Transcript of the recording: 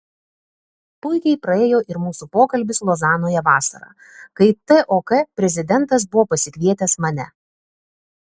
puikiai praėjo ir mūsų pokalbis lozanoje vasarą kai tok prezidentas buvo pasikvietęs mane